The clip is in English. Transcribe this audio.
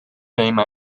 fame